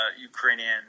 Ukrainian